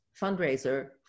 fundraiser